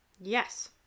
Yes